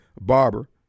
barber